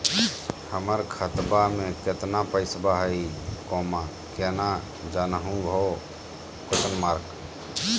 हमर खतवा मे केतना पैसवा हई, केना जानहु हो?